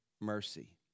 mercy